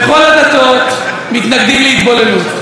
בכל הדתות מתנגדים להתבוללות.